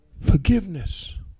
Forgiveness